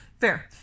Fair